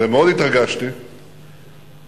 ומאוד התרגשתי כי